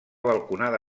balconada